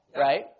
right